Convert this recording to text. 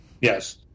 Yes